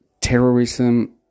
terrorism